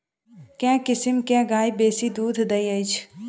केँ किसिम केँ गाय बेसी दुध दइ अछि?